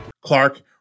Clark